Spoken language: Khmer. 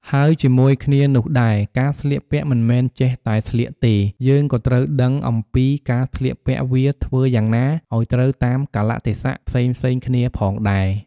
ហើយជាមួយគ្នានោះដែរ ការស្លៀកពាក់មិនមែនចេះតែស្លៀកទេ យើងក៏ត្រូវដឹងអំពីការស្លៀកពាក់វាធ្វើយ៉ាងណាឲ្យត្រូវតាមកាលៈទេសៈផ្សេងៗគ្នាផងដែរ។